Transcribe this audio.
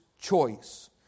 choice